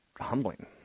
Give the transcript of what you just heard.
humbling